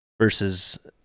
versus